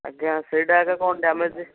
ଆଜ୍ଞା ସେଇଟା ଆଗେ କ'ଣ ଡ୍ୟାମେଜ୍